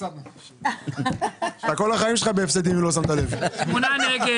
הצבעה הרביזיה לא נתקבלה שמונה נגד.